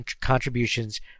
contributions